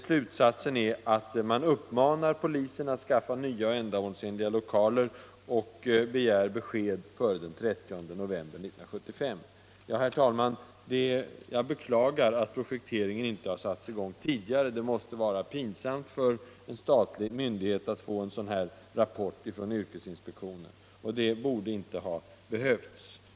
Slutsatsen är att man uppmanar polisen att skaffa nya och ändamålsenliga lokaler och begär besked före den 30 november 1975. Herr talman! Jag beklagar att projekteringen inte har satts i gång tidigare. Det måste vara pinsamt för en statlig myndighet att få en sådan rapport från yrkesinspektionen, och det borde inte heller ha behövts.